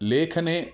लेखने